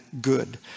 good